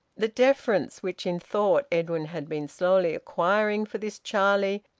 the deference which in thought edwin had been slowly acquiring for this charlie,